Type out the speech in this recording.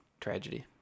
tragedy